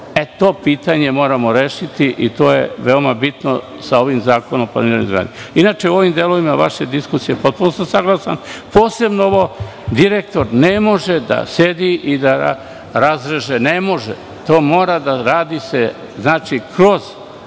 To pitanje moramo rešiti i to je veoma bitno sa ovim zakonom o planiranju i izgradnji. Inače, sa ovim delovima vaše diskusije potpuno sam saglasan, posebno ovo – direktor ne može da sedi i da razreže. Ne može, to mora da se radi kroz